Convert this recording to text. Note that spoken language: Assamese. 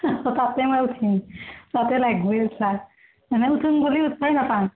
এনেই উঠো বুলি উঠিবলৈ নাপাওঁ